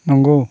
नोंगौ